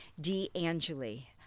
D'Angeli